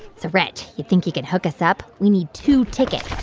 so reg, you think you could hook us up? we need two tickets